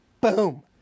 Boom